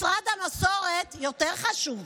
משרד המסורת יותר חשוב.